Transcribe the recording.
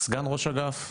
סגן ראש אגף?